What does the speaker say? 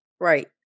Right